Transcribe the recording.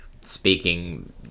speaking